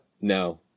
No